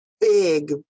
big